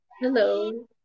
Hello